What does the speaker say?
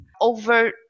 over